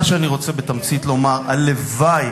מה שאני רוצה בתמצית לומר, הלוואי,